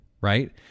right